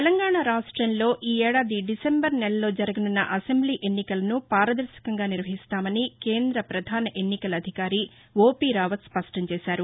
తెలంగాణ రాష్టంలో ఈఏడాది డిసెంబర్ నెలలో జరగనున్న అసెంబ్లీ ఎన్నికలను పారదర్భకంగా నిర్వహిస్తామని కేంద్ర ప్రధాన ఎన్నికల కమిషనర్ ఓపీ రావత్ స్పష్టంచేశారు